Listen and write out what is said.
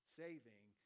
saving